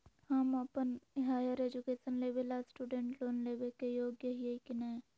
हम अप्पन higher education लेबे ला स्टूडेंट लोन लेबे के योग्य हियै की नय?